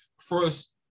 first